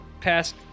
past